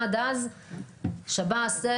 עד אז, שב"ס, זה